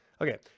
Okay